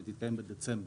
בדצמבר.